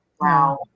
Wow